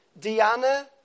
Diana